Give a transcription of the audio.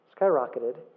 skyrocketed